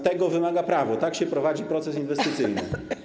Tego wymaga prawo, tak się prowadzi proces inwestycyjny.